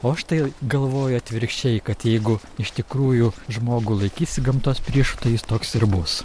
o aš tai galvoju atvirkščiai kad jeigu iš tikrųjų žmogų laikysi gamtos priešu tai jis toks ir bus